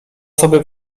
sobie